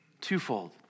Twofold